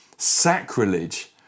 Sacrilege